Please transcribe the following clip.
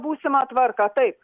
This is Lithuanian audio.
būsimą tvarką taip